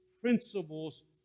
principles